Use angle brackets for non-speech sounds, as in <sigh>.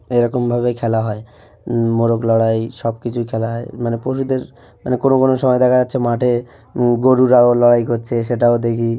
এরকমভাবেই খেলা হয় মোরগ লড়াই সব কিছুই খেলা হয় মানে <unintelligible> মানে কোনো কোনো সময় দেখা যাচ্ছে মাঠে গোরুরাও লড়াই করছে সেটাও দেখি